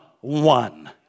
one